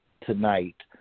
tonight